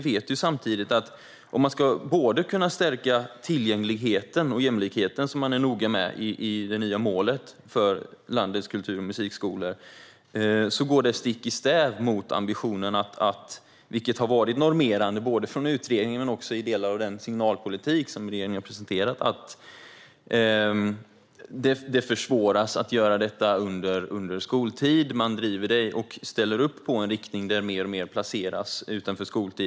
Men om man ska kunna stärka både tillgängligheten och jämlikheten, som man är noga med i det nya målet för landets musik och kulturskolor, går det stick i stäv med den ambition som har varit normerande både från utredningen och i delar av den signalpolitik som regeringen har presenterat, nämligen att det försvåras att göra detta under skoltid. Man driver det i, och ställer upp på, en riktning där alltmer placeras utanför skoltid.